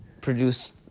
produced